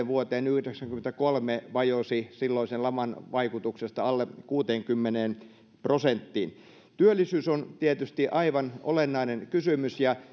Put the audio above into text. vuoteen yhdeksänkymmentäkolme vajosi silloisen laman vaikutuksesta alle kuuteenkymmeneen prosenttiin työllisyys on tietysti aivan olennainen kysymys ja